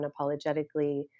unapologetically